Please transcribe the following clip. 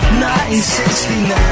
1969